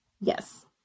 yes